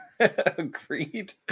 Agreed